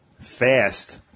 fast